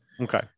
Okay